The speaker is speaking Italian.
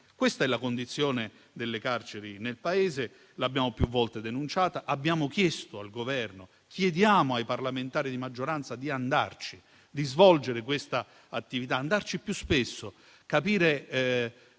Questa è la condizione delle carceri nel Paese e l'abbiamo più volte denunciata. Abbiamo chiesto al Governo e chiediamo ai parlamentari di maggioranza di andarci, di svolgere questa attività, di farlo più spesso e capire